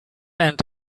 and